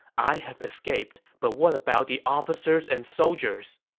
i have escaped, but what about the officers and soldiers?